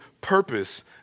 purpose